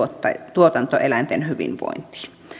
tuotantoeläinten hyvinvointiin